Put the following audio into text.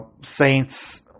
saints